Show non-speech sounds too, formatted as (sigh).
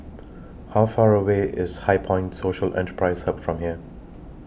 (noise) How Far away IS HighPoint Social Enterprise Hub from here